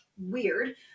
weird